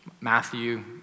Matthew